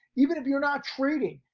even if you're not trading,